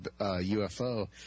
UFO